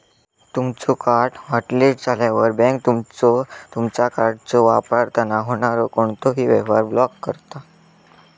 तुमचो card hotlist झाल्यावर, bank तुमचा कार्डच्यो वापरान होणारो कोणतोही व्यवहार ब्लॉक करता